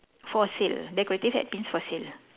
for sale decorative hat pins for sale